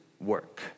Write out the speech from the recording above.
work